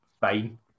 fine